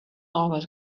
always